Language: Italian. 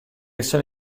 sono